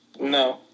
No